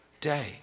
day